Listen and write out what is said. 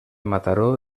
mataró